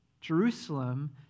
Jerusalem